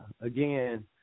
again